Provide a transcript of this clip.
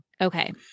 Okay